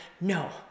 No